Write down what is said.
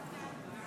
נתקבלו.